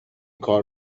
کار